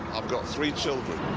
i've got three children.